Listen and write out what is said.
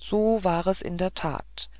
so war es in der tat